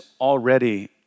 already